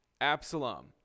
Absalom